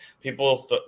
people